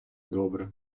добре